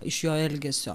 iš jo elgesio